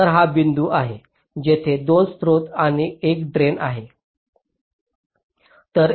तर हा बिंदू आहे जिथे 2 स्त्रोत आणि ड्रेन जोडत आहेत